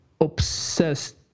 obsessed